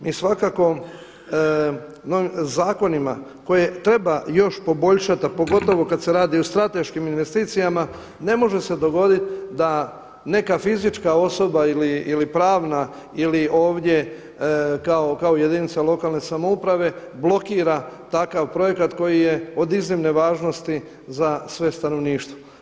Mi svakako novim zakonima koje treba još poboljšati, a pogotovo kada se radi o strateškim investicijama, ne može se dogoditi da neka fizička osoba ili pravna ili ovdje kao jedinica lokalne samouprave blokira takav projekat koji je od iznimne važnosti za sve stanovništvo.